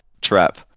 trap